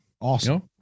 Awesome